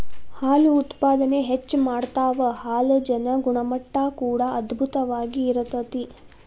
ಹಾಲು ಉತ್ಪಾದನೆ ಹೆಚ್ಚ ಮಾಡತಾವ ಹಾಲಜನ ಗುಣಮಟ್ಟಾ ಕೂಡಾ ಅಧ್ಬುತವಾಗಿ ಇರತತಿ